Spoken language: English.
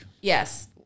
Yes